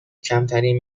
کمترین